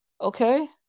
okay